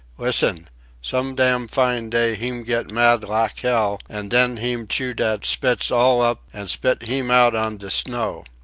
lissen some dam fine day heem get mad lak hell an' den heem chew dat spitz all up an' spit heem out on de snow.